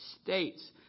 States